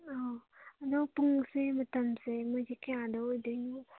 ꯑꯧ ꯑꯗꯣ ꯄꯨꯡꯁꯦ ꯃꯇꯝꯁꯦ ꯃꯣꯏꯒꯤꯁꯦ ꯀꯌꯥꯗ ꯑꯣꯏꯗꯣꯏꯅꯣ